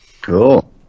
cool